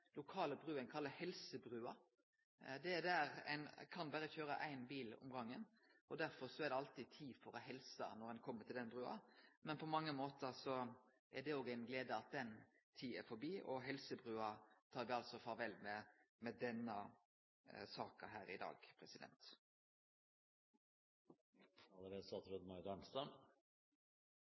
lokale brua som ein kallar helsebrua. Det kan berre køyre ein bil av gangen, og derfor er det alltid tid til å helse når ein kjem til den brua. Men på mange måtar er det òg ei glede at den tida er forbi, og helsebrua tar vi altså farvel med med denne saka her i dag. Jeg var ikke kjent med hilsebrua, men jeg er